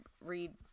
read